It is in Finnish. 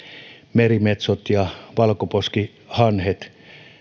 merimetsot ja valkoposkihanhet